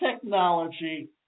technology